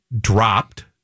dropped